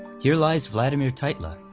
here lies vladimir tytla,